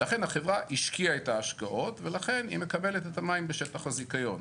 לכן החברה השקיעה את ההשקעות ולכן היא מקבלת את המים בשטח הזיכיון.